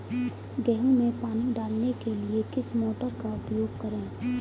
गेहूँ में पानी डालने के लिए किस मोटर का उपयोग करें?